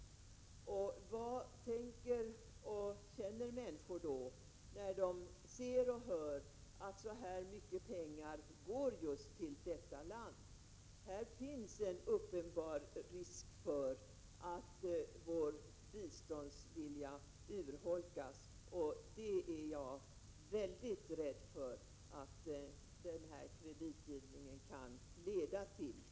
Vad tänker och känner människor, när de ser och hör att så här mycket pengar går just till detta land? Här finns det en uppenbar risk för att svenska folkets biståndsvilja urholkas. Jag är mycket rädd för att den här kreditgivningen kan leda till det.